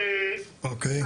אוקי.